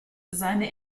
seine